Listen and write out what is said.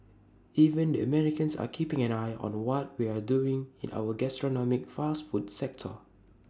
even the Americans are keeping an eye on what we're doing in our gastronomic fast food sector